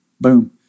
Boom